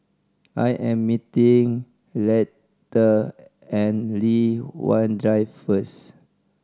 I am meeting Leatha and Li Hwan Drive first